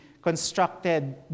Constructed